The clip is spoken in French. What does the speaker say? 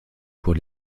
pour